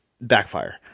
backfire